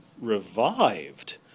revived